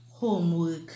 homework